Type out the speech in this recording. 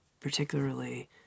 particularly